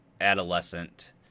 Adolescent